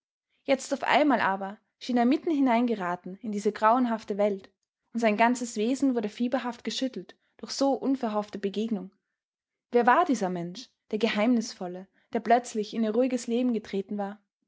jetzt auf einmal aber schien er mitten hineingeraten in diese grauenhafte welt und sein ganzes wesen wurde fieberhaft geschüttelt durch so unverhoffte begegnung wer war dieser mensch der geheimnisvolle der plötzlich in ihr ruhiges leben getreten war